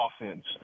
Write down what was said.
offense